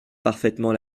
parfaitement